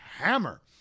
hammer